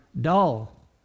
dull